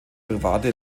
private